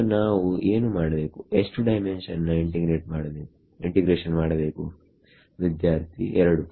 so ನಾವು ಏನು ಮಾಡಬೇಕು ಎಷ್ಟು ಡೈಮೆನ್ಷನ್ ನ ಇಂಟಿಗ್ರೇಷನ್ ಮಾಡಬೇಕು ವಿದ್ಯಾರ್ಥಿ2